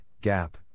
gap